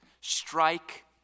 Strike